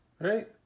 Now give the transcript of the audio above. right